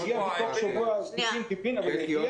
זה יגיע טיפין-טיפין במשך